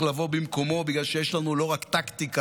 לבוא במקומו; בגלל שיש לנו לא רק טקטיקה,